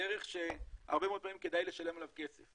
היא ערך שהרבה מאוד פעמים כדאי לשלם עליו כסף.